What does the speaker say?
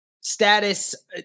Status